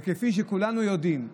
כפי שכולנו יודעים,